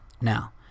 now